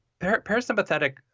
parasympathetic